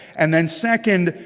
and then second,